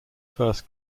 first